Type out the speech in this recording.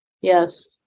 Yes